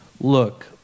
Look